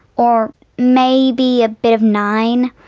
or maybe a bit of nine,